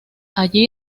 allí